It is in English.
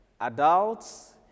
adults